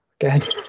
Again